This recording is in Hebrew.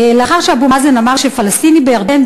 לאחר שאבו מאזן אמר שפלסטינים בירדן,